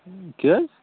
کیٛاہ حظ